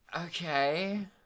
Okay